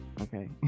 okay